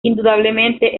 indudablemente